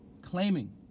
claiming